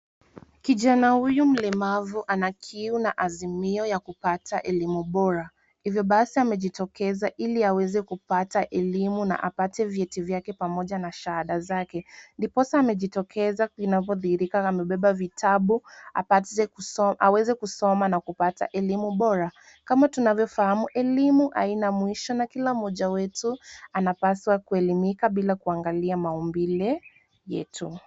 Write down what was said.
Kijana huyu mlemavu ana kiu na azimio ya kupata elimu bora. Hivyo basi amejitokeza ili aweze kupata elimu na apate vyeti vyake pamoja na shahada zake. Ndiposa amejitokeza inavyodhihirika amebeba vitabu apate kusoma aweze kusoma na kupata elimu bora. Kama tunavyofahamu, elimu haina mwisho na kila mmoja wetu anapaswa kuelimika bila kuangalia maumbile yetu.